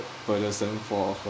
burdensome for her